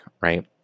right